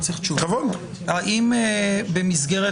האם במסגרת